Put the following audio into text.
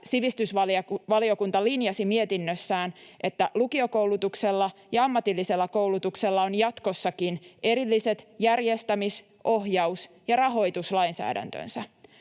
sivistysvaliokunta linjasi mietinnössään, että lukiokoulutuksella ja ammatillisella koulutuksella on jatkossakin erilliset järjestämis-, ohjaus- ja rahoituslainsäädäntönsä.